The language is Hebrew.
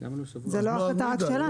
זו לא החלטה רק שלנו,